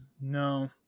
No